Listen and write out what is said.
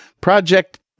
project